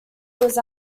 was